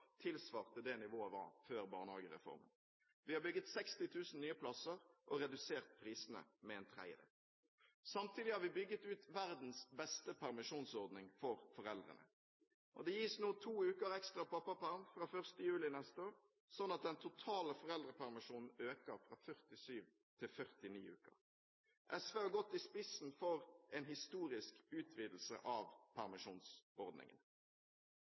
tilsvarte nivået før barnehagereformen. Vi har bygget 60 000 nye plasser og redusert prisene med en tredjedel. Samtidig har vi bygget ut verdens beste permisjonsordning for foreldrene. Det gis nå to uker ekstra pappaperm fra 1. juli neste år, sånn at den totale foreldrepermisjonen øker fra 47 til 49 uker. SV har gått i spissen for en historisk utvidelse av permisjonsordningen.